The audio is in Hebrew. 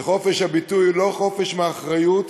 חופש הביטוי הוא לא חופש מאחריות,